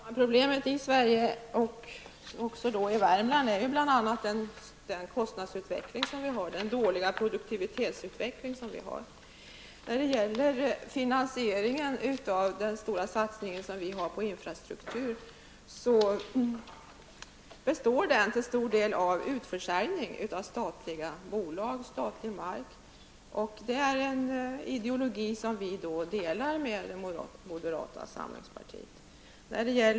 Herr talman! Problemet i Sverige och även i Värmland är bl.a. kostnadsutvecklingen, den dåliga produktivitetsutvecklingen. Finansieringen av vår stora satsning på infrastruktur består till stor del av utförsäljning av statliga bolag och statlig mark. Detta är en ideologi som vi delar med moderata samlingspartiet.